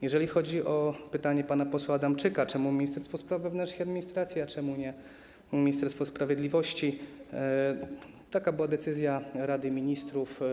Jeżeli chodzi o pytanie pana posła Adamczyka, dlaczego Ministerstwo Spraw Wewnętrznych i Administracji, a nie Ministerstwo Sprawiedliwości, to taka była decyzja Rady Ministrów.